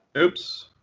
oops.